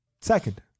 Second